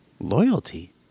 Loyalty